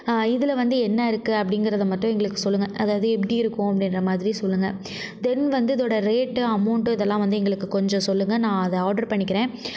இதில் வந்து என்ன இருக்குது அப்படிங்கிறத மட்டும் எங்களுக்கு சொல்லுங்க அதாவது எப்படி இருக்கும் அப்படின்ற மாதிரி சொல்லுங்க தென் வந்து இதோட ரேட்டு அமௌன்ட்டு இதெல்லாம் வந்து எங்களுக்கு கொஞ்சம் சொல்லுங்க நான் அதை ஆர்ட்ரு பண்ணிக்கிறேன்